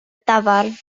dafarn